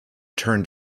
turned